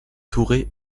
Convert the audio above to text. touré